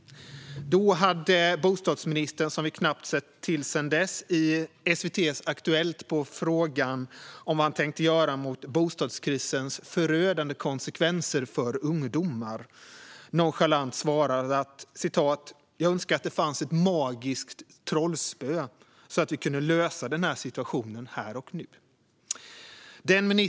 Då hade bostadsministern, som vi knappt har sett till sedan dess, i SVT:s Aktuellt på frågan om vad han tänkte göra mot bostadskrisens förödande konsekvenser för ungdomar nonchalant svarat: "Jag önskar att det fanns ett magiskt trollspö så att vi kunde lösa den här situationen här och nu."